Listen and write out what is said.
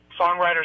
songwriter's